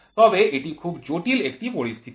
তবে এটি খুব জটিল একটি পরিস্থিতি